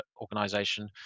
organization